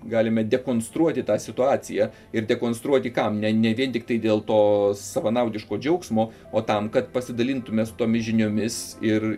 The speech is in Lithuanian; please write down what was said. galime dekonstruoti tą situaciją ir dekonstruoti kam ne ne vien tiktai dėl to savanaudiško džiaugsmo o tam kad pasidalintume su tomis žiniomis ir